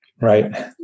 Right